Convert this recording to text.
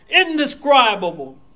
indescribable